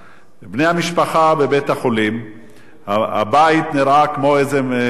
בני המשפחה בבית-החולים; הבית נראה כמו באיזה קרב